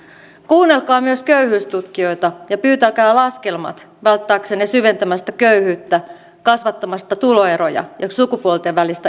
kuunnelkaa myös köyhyystutkijoita ja pyytäkää laskelmat välttääksenne syventämästä köyhyyttä kasvattamasta tuloeroja ja sukupuolten välistä eriarvoisuutta